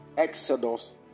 Exodus